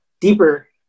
deeper